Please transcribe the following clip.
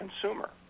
consumer